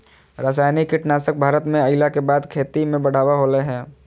रासायनिक कीटनासक भारत में अइला के बाद से खेती में बढ़ावा होलय हें